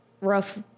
rough